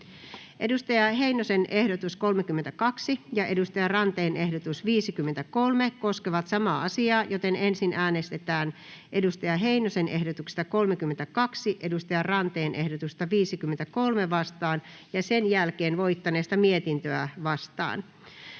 Timo Heinosen ehdotus 32 ja Lulu Ranteen ehdotus 53 koskevat samaa määrärahaa, joten ensin äänestetään Timo Heinosen ehdotuksesta 32 Lulu Ranteen ehdotusta 53 vastaan ja sen jälkeen voittaneesta mietintöä vastaan.